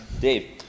Dave